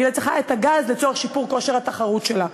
אלא היא צריכה את הגז לצורך שיפור כושר התחרות שלה.